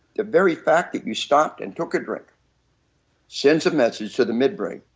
the very fact that you stopped and took a drink sends a message to the midbrain,